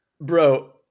bro